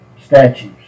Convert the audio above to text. statues